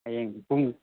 ꯍꯌꯦꯡ ꯄꯨꯡ